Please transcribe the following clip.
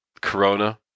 Corona